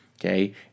okay